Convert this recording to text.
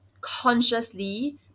consciously